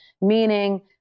meaning